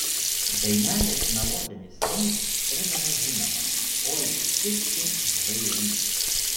dainelės melodinis vingis primena žinomą oi tu kiški žvairy